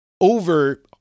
over